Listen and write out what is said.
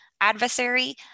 adversary